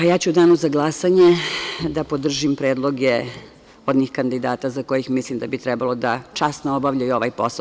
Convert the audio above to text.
Ja ću u danu za glasanje da podržim predloge onih kandidata za koje mislim da bi trebalo da časno obavljaju ovaj posao.